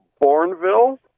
Bourneville